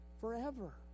Forever